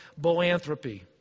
boanthropy